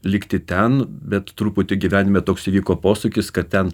likti ten bet truputį gyvenime toks įvyko posūkis kad ten